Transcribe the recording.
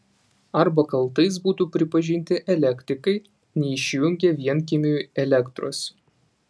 arba kaltais būtų pripažinti elektrikai neišjungę vienkiemiui elektros